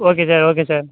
okay sir okay sir